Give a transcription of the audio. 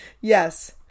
Yes